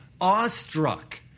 awestruck